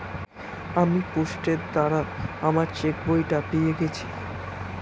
আমি পোস্টের দ্বারা আমার চেকবইটা পেয়ে গেছি